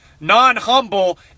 non-humble